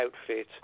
outfit